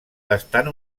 estan